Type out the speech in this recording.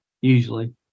usually